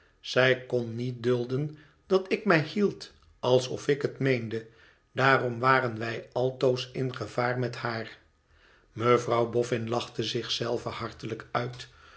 zij kon niet dulden dat ik mij hieldalsof ik het meende daarom waren wij altoos in gevaar met haar mevrouw boffin lachte zich zelve hartelijk uit